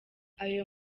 ayo